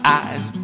eyes